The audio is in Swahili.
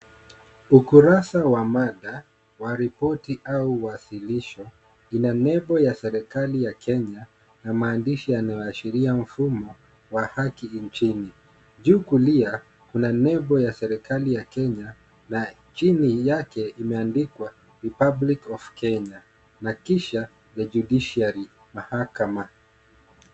Ukurasa wa mada wa ripoti au wasilisho ina nembo ya serikali ya Kenya na maandishi yanayoashiria mfumo wa haki nchini . Juu kulia kuna nembo ya serikali ya Kenya na chini yake imeandikwa Republic of Kenya na kisha The Judiciary mahakama.